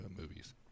movies